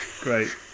Great